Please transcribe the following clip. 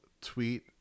tweet